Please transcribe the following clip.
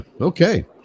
okay